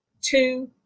two